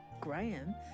graham